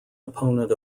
opponent